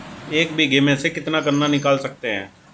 एक बीघे में से कितना गन्ना निकाल सकते हैं?